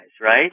right